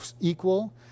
equal